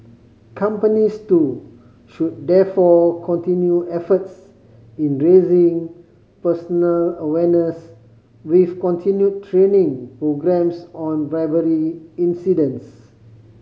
companies too should therefore continue efforts in raising personal awareness with continued training programmes on bribery incidents